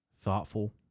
thoughtful